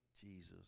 Jesus